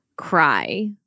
cry